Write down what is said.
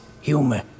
Humor